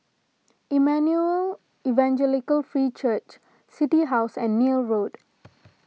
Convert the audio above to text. Emmanuel Evangelical Free Church City House and Neil Road